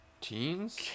Teens